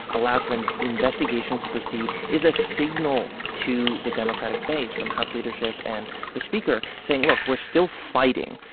allows for and investigations to proceed, is a signal to the democratic base from house leadership and the speaker saying, look we're still fighting,